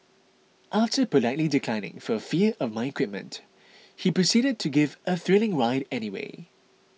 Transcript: after politely declining for fear of my equipment he proceeded to give a thrilling ride anyway